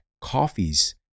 coffee's